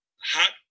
Hot